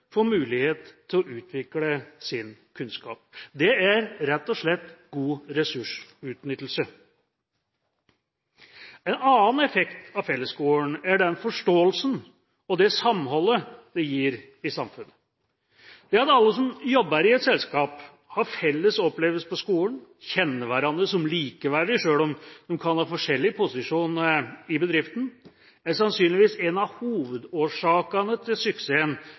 mulighet til å utvikle sin kunnskap. Det er rett og slett god ressursutnyttelse. En annen effekt av fellesskolen er den forståelsen og det samholdet det gir i samfunnet. Det at alle som jobber i et selskap, har felles opplevelser på skolen og kjenner hverandre som likeverdige, selv om de kan ha forskjellig posisjon i bedriften, er sannsynligvis en av hovedårsakene til